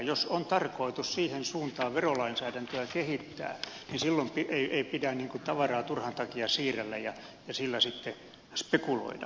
jos on tarkoitus kehittää verolainsäädäntöä siihen suuntaan silloin ei pidä tavaraa turhan takia siirrellä ja sillä sitten spekuloida